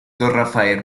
rafael